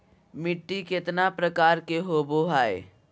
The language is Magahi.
मिट्टी केतना प्रकार के होबो हाय?